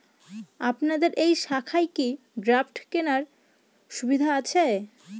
আপনাদের এই শাখায় কি ড্রাফট কেনার সুবিধা আছে?